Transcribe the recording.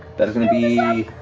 that is going to be